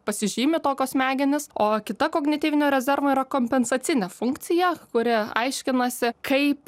pasižymi tokios smegenys o kita kognityvinio rezervo yra kompensacinė funkcija kuri aiškinasi kaip